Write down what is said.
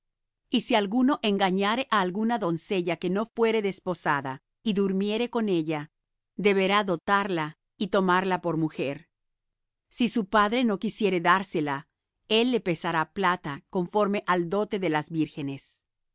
y si alguno engañare á alguna doncella que no fuere desposada y durmiere con ella deberá dotarla y tomarla por mujer si su padre no quisiere dársela él le pesará plata conforme al dote de las vírgenes